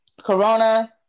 corona